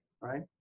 Right